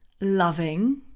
loving